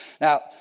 Now